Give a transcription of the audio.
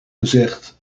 gezegd